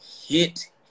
hit